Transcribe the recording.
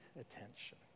attention